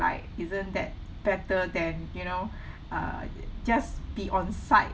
like isn't that better than you know uh just be on site